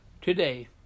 today